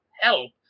help